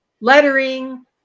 lettering